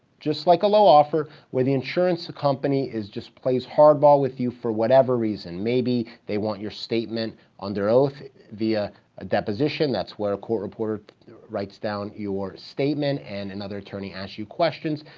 just like a low offer, where the insurance company just plays hardball with you for whatever reason. maybe they want your statement under oath via a deposition that's where a court reporter writes down your statement and another attorney asks you questions.